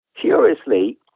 Curiously